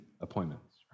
appointments